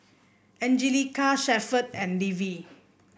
Anjelica Shepherd and Levie